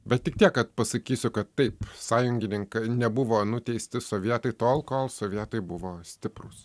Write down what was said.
bet tik tiek kad pasakysiu kad taip sąjungininkai nebuvo nuteisti sovietai tol kol sovietai buvo stiprūs